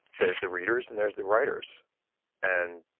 there's the readers and there's the writers and